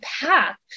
path